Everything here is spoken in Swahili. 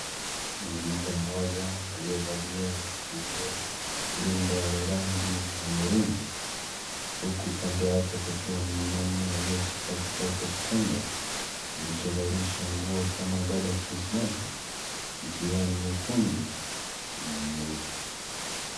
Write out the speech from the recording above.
Mwanamke mmoja aliyevalia nguo rinda la rangi ya maroon . Huku kando yake pakiwa na mwanaume aliyeshika kitoto kichanga, kilichovalisha nguo kama baba krismasi. Ikiwa ni nyekundu na nyeupe.